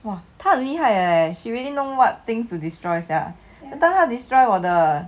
!wah! 他很厉害 leh she really know what things to destroy sia that time 他 destroy 我的